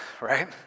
right